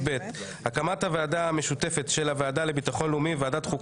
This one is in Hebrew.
הקמת הוועדה המשותפת של הוועדה לביטחון לאומי וועדת החוקה,